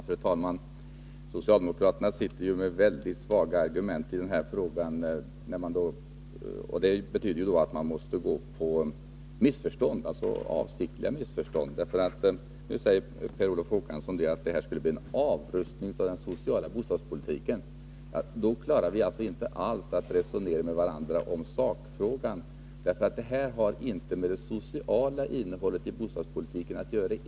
Fru talman! Socialdemokraterna sitter med mycket svaga argument i den här frågan. Det betyder att de måste använda sig av missförstånd — avsiktliga missförstånd. Nu säger Per Olof Håkansson att det här skulle leda till en avrustning av den sociala bostadspolitiken. Då klarar vi inte att resonera med varandra om sakfrågan. Det här har inte ett enda dugg med det sociala innehållet i bostadspolitiken att göra.